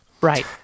Right